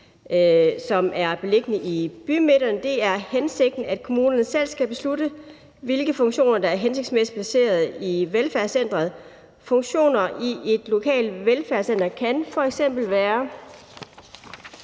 som er beliggende i bymidterne. Det er hensigten, at kommunerne selv skal beslutte, hvilke funktioner der er hensigtsmæssigt placeret i velfærdscenteret. Funktioner i et lokalt velfærdscenter kan f.eks. være